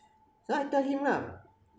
so I tell him lah